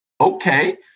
okay